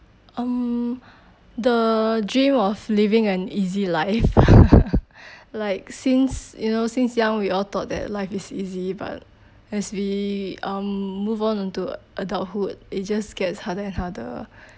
um the dream of living an easy life like since you know since young we all thought that life is easy but as we um move on to adulthood it just gets harder and harder